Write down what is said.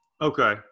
Okay